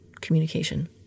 communication